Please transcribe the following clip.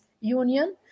Union